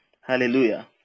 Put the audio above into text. Hallelujah